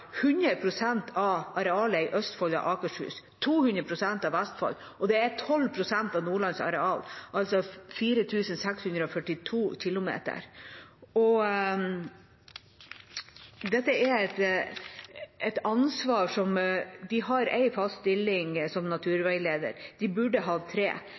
av arealet i Østfold og Akershus og 200 pst. av Vestfold, og det er 12 pst. av Nordlands areal, altså 4 642 km 2 . De har en fast stilling som naturveileder. De burde hatt tre.